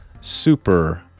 super